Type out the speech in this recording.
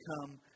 come